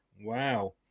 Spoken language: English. Wow